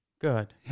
Good